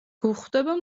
გვხვდება